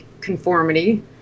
conformity